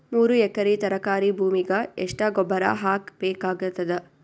ಮೂರು ಎಕರಿ ತರಕಾರಿ ಭೂಮಿಗ ಎಷ್ಟ ಗೊಬ್ಬರ ಹಾಕ್ ಬೇಕಾಗತದ?